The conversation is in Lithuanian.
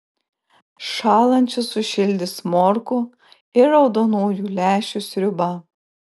šąlančius sušildys morkų ir raudonųjų lęšių sriuba